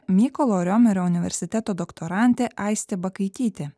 mykolo romerio universiteto doktorantė aistė bakaitytė